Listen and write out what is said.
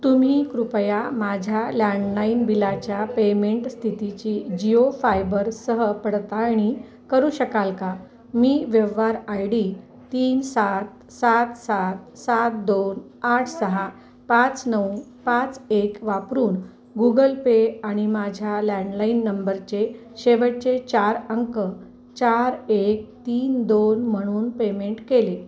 तुम्ही कृपया माझ्या लँडलाईन बिलाच्या पेमेंट स्थितीची जिओ फायबरसह पडताळणी करू शकाल का मी व्यवहार आय डी तीन सात सात सात सात दोन आठ सहा पाच नऊ पाच एक वापरून गुगल पे आणि माझ्या लँडलाईन नंबरचे शेवटचे चार अंक चार एक तीन दोन म्हणून पेमेंट केले